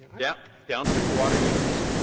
yeah downstream water users,